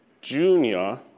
junior